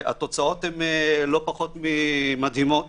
והתוצאות הן לא פחות ממדהימות.